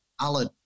Alan